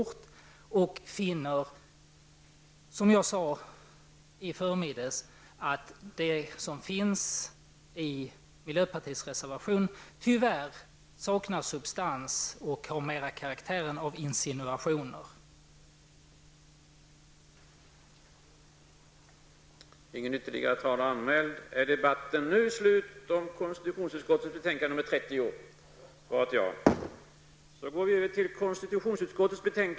Han har funnit, som jag sade i förmiddags, att det som står i miljöpartiets reservation tyvärr saknar substans och mer har karaktären av insinuationer.